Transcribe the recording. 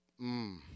Mmm